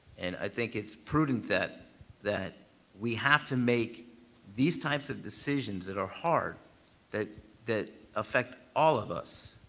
and i think it's prudent that that we have to make these types of decisions that are hard that that affect all of us,